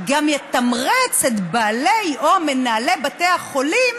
יתמרץ את בעלי או מנהלי בתי החולים